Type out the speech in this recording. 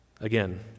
Again